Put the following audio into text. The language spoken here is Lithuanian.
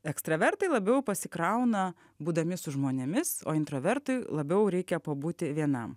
ekstravertai labiau pasikrauna būdami su žmonėmis o introvertui labiau reikia pabūti vienam